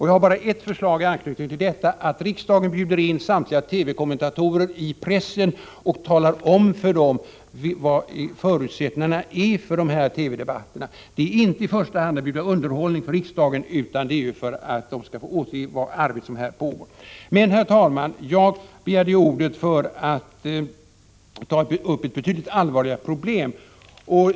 Jag har bara ett förslag i anslutning till detta: att riksdagen bjuder in samtliga TV-kommentatorer i pressen och talar om för dem vilka förutsättningarna är för de TV-sända debatterna. TV-sändningarna sker inte i första hand för att bjuda underhållning från riksdagen, utan för att folk skall få se det arbete som här pågår. Men, herr talman, jag begärde ordet för att ta upp ett betydligt allvarligare problem.